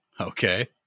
Okay